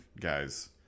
guys